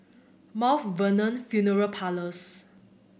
Vernon Funeral Parlours